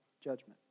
judgment